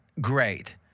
great